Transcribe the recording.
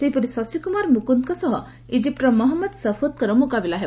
ସେହିପରି ଶଶିକୁମାର ମୁକନ୍ଦଙ୍କର ସହ ଇଜିପ୍ଟର ମହମ୍ମଦ ସଫୱଦ୍ଙ୍କର ମୁକାବିଲା ହେବ